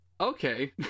okay